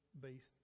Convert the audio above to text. based